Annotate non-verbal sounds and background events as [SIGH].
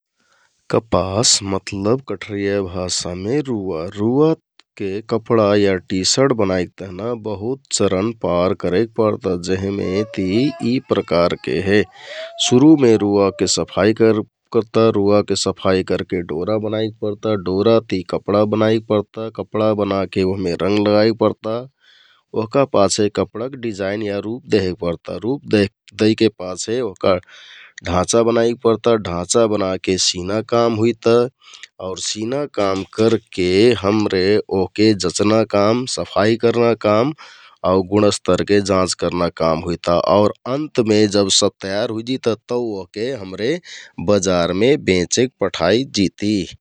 कपास मतलब कठरिया भाषामे रुवा, रुवाके कपडा या टिसर्ट बनाइक तहन बहत चरण पार करेक परता जेहमे [NOISE] ति यि प्रकारके हे। [NOISE] सुरुमे रुवाके सफाइ [HESITATION] कर परता । रुवाके सफाइ करके डोरा बनाइक परता, डोरा ति कपडा बनाइक परता, कपडा बनाके ओहमे रंग लगाइक परता । ओहका पाछे कपडाक डियाइन या रुप देहेक परता । रुप [HESITATION] दैके पाछे का ढाँचा बनाइक परता, ढाँचा बनाके सिना काम हुइता । आउर सिना काम करके [NOISE] हमरे ओहके जँचना काम, सफाइ करना काम आउ गुणस्तरके जाँच करना काम हुइता । आउर अन्तमे जब सब तयार हुइजिता तौ ओहके हमरे बजारमे बेंचेक पठाइ जिति ।